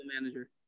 manager